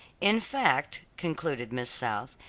in fact, concluded miss south,